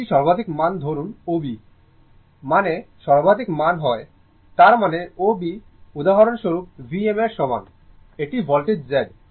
এটি সর্বাধিক মান ধরুন O B ভোল্টেজ মানের সর্বাধিক মান হয় তার মানে O B উদাহরণস্বরূপ Vm এর সমান এটি ভোল্টেজ z